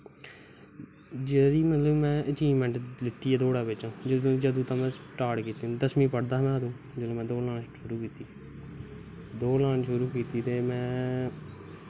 जेह्ड़ी में मतलब कि अचिवमैंट लैत्ती ऐ दौड़ा बिच्च जदूं दा में स्टार्ट कीती ऐ दसमीं पढ़दा हा जदूं में दौड़ स्टार्ट कीती ही दौड़ लाना शुरू कीती ते में